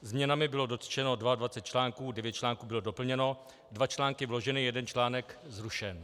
Změnami bylo dotčeno 22 článků, 9 článků bylo doplněno, 2 články vloženy, 1 článek zrušen.